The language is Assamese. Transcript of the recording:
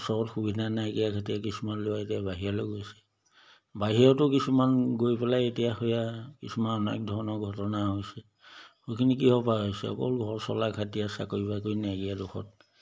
চহৰত সুবিধা নাইকিয়া খাতিৰত কিছুমান ল'ৰাই এতিয়া বাহিৰলৈ গৈছে বাহিৰতো কিছুমান গৈ পেলাই এতিয়া সেয়া কিছুমান অনেক ধৰণৰ ঘটনা হৈছে সেইখিনি কিহৰপৰা হৈছে অকল ঘৰ চলোৱাৰ খাতিৰত চাকৰি বাকৰি নাইকিয়া দোষত